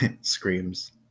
screams